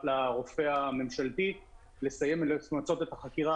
גם לרופא הממשלתי לבקש מהרופא העירוני